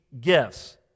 gifts